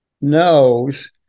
knows